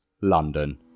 London